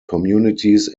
communities